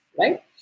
right